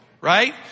right